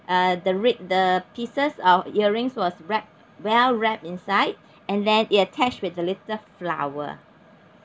uh the red the pieces of earrings was wrapped well wrapped inside and then it attached with a little flower